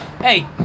Hey